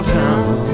town